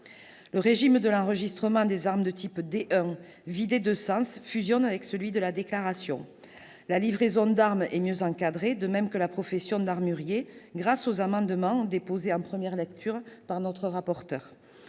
Le régime de l'enregistrement des armes de la catégorie dite « D1 », vidé de sens, fusionne avec celui de la déclaration. La livraison d'armes est mieux encadrée, de même que la profession d'armurier, grâce aux amendements déposés en première lecture par notre rapporteur.